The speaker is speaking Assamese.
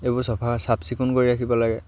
এইবোৰ চফা চাফ চিকুণ কৰি ৰাখিব লাগে